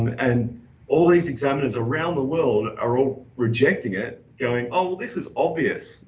and all these examiners around the world are all rejecting it going, oh, well this is obvious.